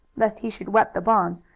lest he should wet the bonds,